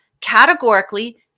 categorically